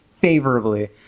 favorably